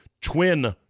twin